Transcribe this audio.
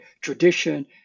tradition